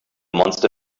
monster